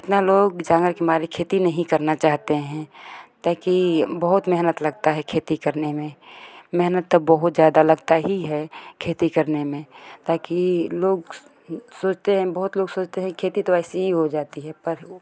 कितना लोग जांगर के मारे खेती नहीं करना चाहते हैं बाकी बहुत मेहनत लगता है खेती करने में मेहनत तो बहुत ज़्यादा लगता ही है खेती करने में बाकी लोग सोचते हैं बहुत लोग सोचते हैं कि खेती तो ऐसे ही हो जाती है पर